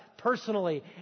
personally